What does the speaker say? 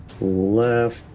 left